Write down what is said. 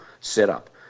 setup